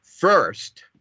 First